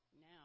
now